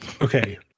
Okay